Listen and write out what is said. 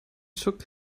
shook